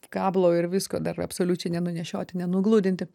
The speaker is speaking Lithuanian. kablo ir visko dar absoliučiai nenunešioti nenugludinti